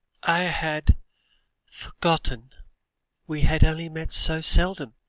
i had forgotten we had only met so seldom,